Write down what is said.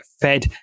fed